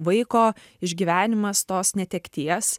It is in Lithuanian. vaiko išgyvenimas tos netekties